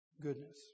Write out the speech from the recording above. Goodness